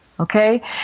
Okay